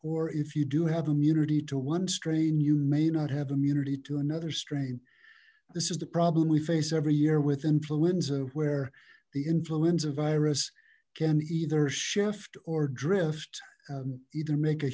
or if you do have immunity to one strain you may not have immunity to another strain this is the problem we face every year with influenza where the influenza virus can either shift or drift either make a